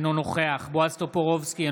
אינו נוכח בועז טופורובסקי,